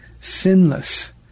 sinless